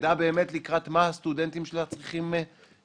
שתדע לקראת מה הסטודנטים שלה צריכים ללכת,